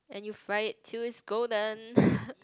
and you fry it till it's golden